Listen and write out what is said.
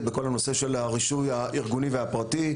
בכל הנושא של הרישוי הארגוני והפרטי,